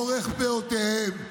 אורך פאותיהם,